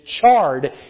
charred